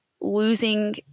losing